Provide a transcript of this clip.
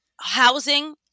housing